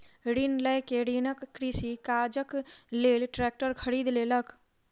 ऋण लय के कृषक कृषि काजक लेल ट्रेक्टर खरीद लेलक